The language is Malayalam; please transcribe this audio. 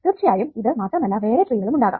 തീർച്ചയായും ഇത് മാത്രമല്ല വേറെ ട്രീകളും ഉണ്ടാകാം